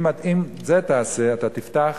אם את זה תעשה, אתה תפתח